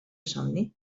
somni